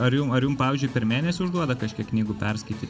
ar jum ar jum pavyzdžiui per mėnesį užduoda kažkiek knygų perskaityt